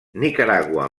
nicaragua